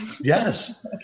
Yes